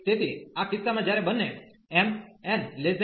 તેથી આ કિસ્સામાં જ્યારે બંને mn1